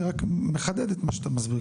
אני רק מחדד את מה שאתה מסביר,